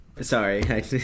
sorry